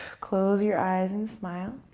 close your eyes and smile.